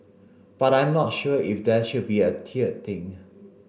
but I'm not sure if there should be a tiered thing